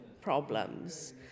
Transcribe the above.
problems